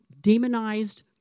demonized